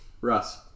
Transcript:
Russ